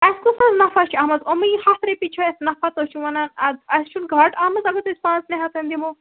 اَسہِ کُس حظ نَفع چھُ اتھ منز یِمے ہتھ رۄپیہ چھُ اَسہِ نفع تُہۍ چھو ونان اتھ اَسہِ چھُنہ گاٹہ اتھ منز اگر أسۍ پانژنے ہَتھن دِمو